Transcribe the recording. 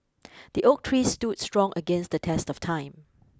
the oak tree stood strong against the test of time